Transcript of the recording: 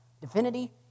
divinity